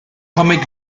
comic